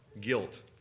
guilt